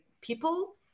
people